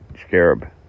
scarab